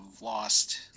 lost